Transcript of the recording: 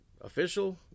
official